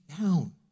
down